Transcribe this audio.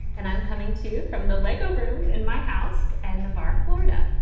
and i'm coming to you from the lego room in my house and navarre, florida,